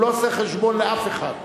הוא לא עושה חשבון לאף אחד.